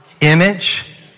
image